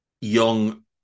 young